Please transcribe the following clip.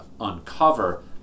uncover